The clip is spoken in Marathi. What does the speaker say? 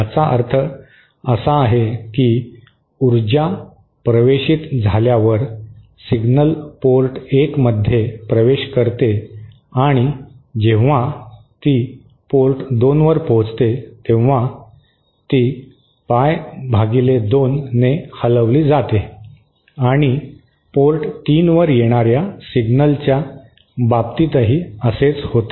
याचा अर्थ असा आहे की ऊर्जा प्रवेशित झाल्यावर सिग्नल पोर्ट 1 मध्ये प्रवेश करतो आणि जेव्हा तो पोर्ट 2 वर पोहोचतो तेव्हा तो पाय भागिले 2 ने हलविला जातो आणि पोर्ट 3 वर येणाऱ्या सिग्नलच्या बाबतीतही असेच होते